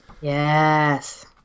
Yes